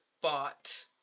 bought